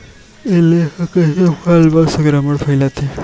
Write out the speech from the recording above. इल्ली ह कइसे फसल म संक्रमण फइलाथे?